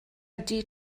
ydy